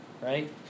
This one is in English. right